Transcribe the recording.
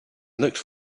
looked